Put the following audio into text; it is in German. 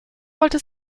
wollte